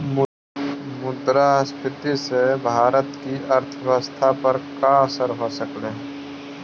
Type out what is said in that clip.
मुद्रास्फीति से भारत की अर्थव्यवस्था पर का असर हो सकलई हे